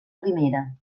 primera